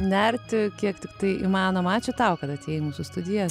nerti kiek tiktai įmanoma ačiū tau kad atėjai į mūsų studiją